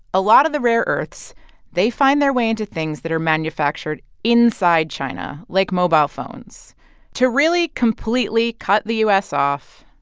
a lot of the rare earths they find their way into things that are manufactured inside china like mobile phones to really completely cut the u s. off,